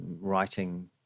writing